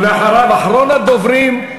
ואחריו, אחרון הדוברים,